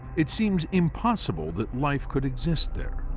it seems impossible that life could exist there.